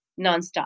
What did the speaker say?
nonstop